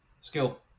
Skill